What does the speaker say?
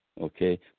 Okay